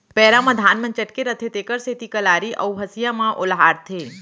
पैरा म धान मन चटके रथें तेकर सेती कलारी म अउ हँसिया म ओलहारथें